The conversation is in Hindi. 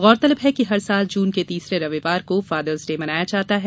गौरतलब है कि हर साल जून के तीसरे रविवार को फादर्स डे मनाया जाता है